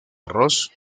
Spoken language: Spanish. arroz